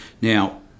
Now